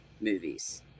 movies